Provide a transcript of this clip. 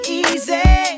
easy